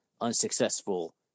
unsuccessful